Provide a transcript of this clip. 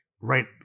right